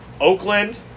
Oakland